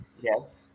yes